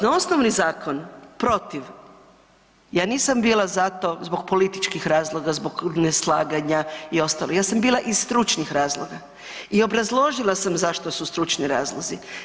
Na osnovni zakon protiv, ja nisam bila za to zbog političkih razloga, zbog neslaganja i ostalo, ja sam bila iz stručnih razloga i obrazložila sam zašto su stručni razlozi.